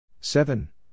Seven